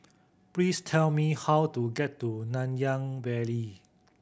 please tell me how to get to Nanyang Valley